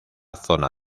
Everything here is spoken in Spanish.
zona